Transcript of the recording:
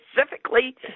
specifically